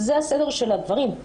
זה הסדר של הדברים.